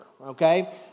okay